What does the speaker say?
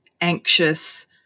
anxious